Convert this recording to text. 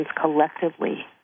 collectively